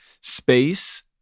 space